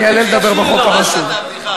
אני אעלה לדבר בחוק הבא שוב.